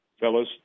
fellas